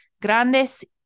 grandes